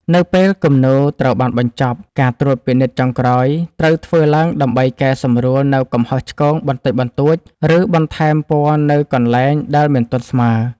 នៅពេលគំនូរត្រូវបានបញ្ចប់ ការត្រួតពិនិត្យចុងក្រោយត្រូវធ្វើឡើងដើម្បីកែសម្រួលនូវកំហុសឆ្គងបន្តិចបន្តួច ឬបន្ថែមពណ៌នៅកន្លែងដែលមិនទាន់ស្មើ។